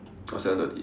or seven thirty